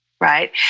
Right